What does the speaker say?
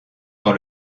dans